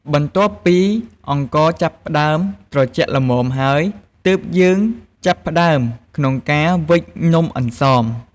បន្ទាប់ពីអង្ករចាប់ផ្តើមត្រជាក់ល្មមហើយ ទើបយើងចាប់ផ្តើមក្នុងការវេចនំអន្សម។